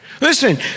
Listen